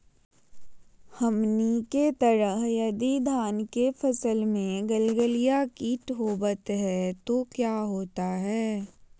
हमनी के तरह यदि धान के फसल में गलगलिया किट होबत है तो क्या होता ह?